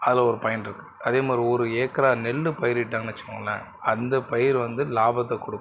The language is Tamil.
அதில் ஒரு பயன் இருக்குது அதே மாதிரி ஒரு ஏக்கர் நெல் பயிரிட்டாங்கன்னு வச்சுக்கோங்களேன் அந்த பயிர் வந்து லாபத்தை கொடுக்கும்